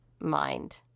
mind